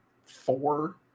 four